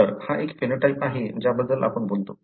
तर हा एक फेनोटाइप आहे ज्याबद्दल आपण बोलतो